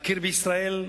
להכיר בישראל,